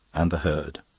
and the herd.